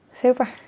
Super